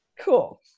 cool